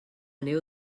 neu